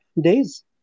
days